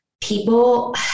people